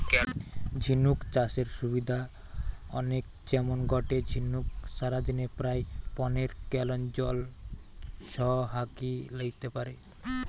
ঝিনুক চাষের সুবিধা অনেক যেমন গটে ঝিনুক সারাদিনে প্রায় পনের গ্যালন জল ছহাকি লেইতে পারে